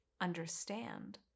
understand